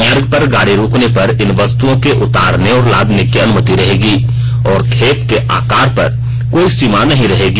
मार्ग पर गाड़ी रुकने पर इन वस्तुओं के उतारने और लादने की अनुमति रहेगी और खेप के आकार पर कोई सीमा नहीं रहेगी